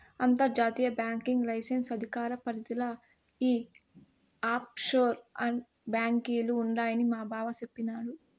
అంతర్జాతీయ banking licence అధికార పరిదిల ఈ ఆప్షోర్ బాంకీలు ఉండాయని మాబావ సెప్పిన్నాడు